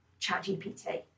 ChatGPT